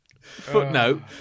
footnote